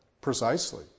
Precisely